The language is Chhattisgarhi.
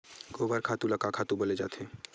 गोबर खातु ल का खातु बोले जाथे?